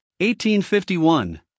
1851